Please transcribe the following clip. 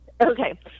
Okay